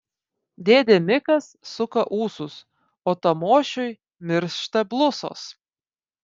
dėdė mikas suka ūsus o tamošiui miršta blusos